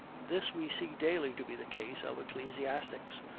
this we see daily to be the case of ecclesiastics,